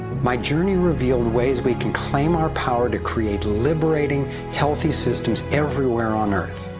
my journey revealed ways we can claim our power to create liberating, healthy systems everywhere on earth.